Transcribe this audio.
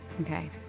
Okay